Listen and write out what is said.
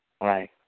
Right